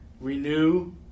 renew